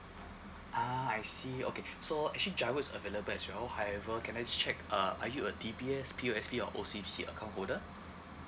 ah I see okay so actually GIRO is available as well however can I ju~ check uh are you a D_B_S P_O_S_B or O_C_B_C account holder